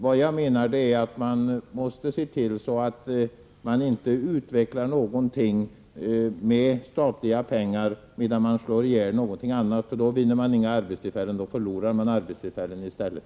Vad jag menar är att vi måste se till att vi inte med statliga pengar utvecklar något och samtidigt slår ihjäl något annat. Då vinner vi inga arbetstillfällen, utan då förlorar vi arbetstillfällen i stället.